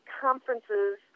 conferences